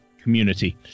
community